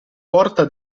porta